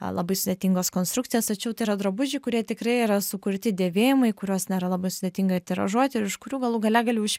labai sudėtingos konstrukcijos tačiau tai yra drabužiai kurie tikrai yra sukurti dėvėjimui kuriuos nėra labai sudėtinga tiražuoti iš kurių galų gale gali už